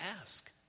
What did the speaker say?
ask